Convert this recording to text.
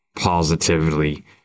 positively